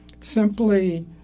simply